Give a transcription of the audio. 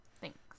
thanks